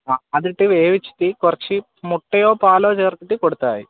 ആ അതിട്ട് വേവിച്ചിട്ട് കുറച്ച് മുട്ടയോ പാലോ ചേർത്തിട്ട് കൊടുത്താൽ മതി